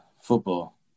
football